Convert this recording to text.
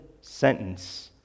sentence